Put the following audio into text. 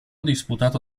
disputato